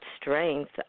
strength